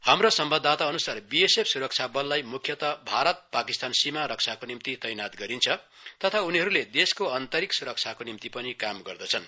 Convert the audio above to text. हाम्रो संवाददाता अनुसार बीएसएफ सुरक्षा वललाई मुख्यत भारत पाकिस्तान सिमा रक्षाको निम्ति तैनाथ गरिन्छ तथा उनीहरूले देशका अन्तरिक सुरक्षाको निम्ति पनि काम गर्दछन्